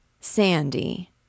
Sandy